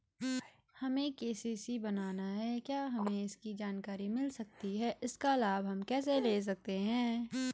हमें के.सी.सी बनाना है क्या हमें इसकी जानकारी मिल सकती है इसका लाभ हम कैसे ले सकते हैं?